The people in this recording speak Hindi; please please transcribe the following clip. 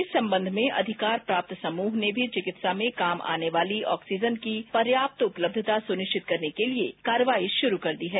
इस संबंध में अधिकार प्राप्त समूह ने भी चिकित्सा में काम आने वाली ऑक्सीजन की पर्याप्त उपलब्यता सुनिश्चित करने के लिए कार्रवाई शुरू कर दी है